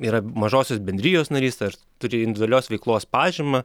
yra mažosios bendrijos narys ar turi individualios veiklos pažymą